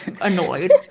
annoyed